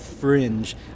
fringe